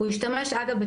הוא השתמש אגב,